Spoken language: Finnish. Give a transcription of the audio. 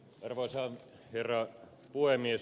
arvoisa herra puhemies